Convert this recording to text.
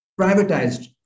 privatized